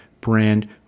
brand